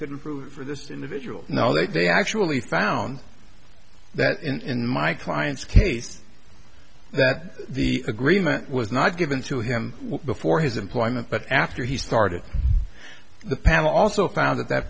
couldn't prove for this individual now that they actually found that in my client's case that the agreement was not given to him before his employment but after he started the panel also found that that